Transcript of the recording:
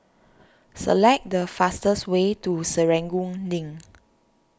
select the fastest way to Serangoon Link